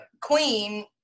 queen